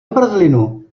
zmrzlinu